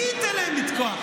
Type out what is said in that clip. מי ייתן להם לתקוע?